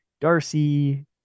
Darcy